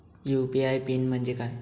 UPI pin म्हणजे काय?